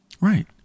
Right